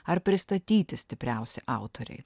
ar pristatyti stipriausi autoriai